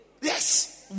Yes